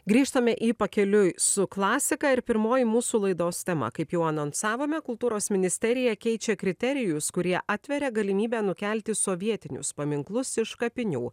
grįžtame į pakeliui su klasika ir pirmoji mūsų laidos tema kaip jau anonsavome kultūros ministerija keičia kriterijus kurie atveria galimybę nukelti sovietinius paminklus iš kapinių